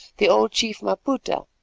the old chief maputa,